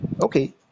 Okay